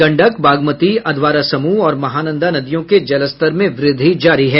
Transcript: गंडक बागमती अधवारा समूह और महानंदा नदियों के जलस्तर में वृद्धि जारी है